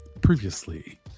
previously